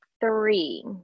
Three